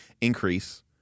increase